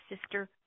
sister